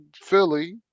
Philly